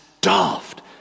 daft